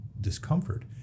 discomfort